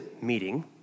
meeting